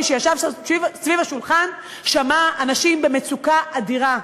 מי שישב סביב השולחן שמע אנשים במצוקה אדירה.